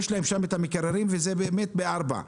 יש להם את המקררים ובאמת הטמפרטורה היא 4 מעלות.